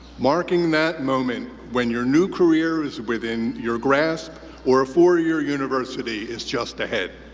marking that moment when your new career is within your grasp or a four-year university is just ahead.